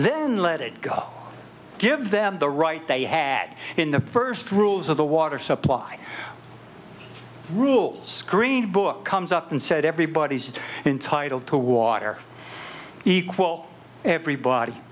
then let it go give them the right they had in the first rules of the water supply rules green book comes up and said everybody's entitled to water equal everybody